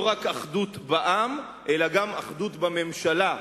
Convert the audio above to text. לא רק אחדות בעם, אלא גם אחדות בממשלה.